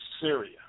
Syria